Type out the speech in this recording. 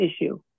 issue